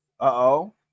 uh-oh